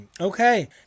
Okay